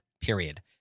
period